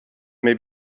may